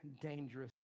dangerous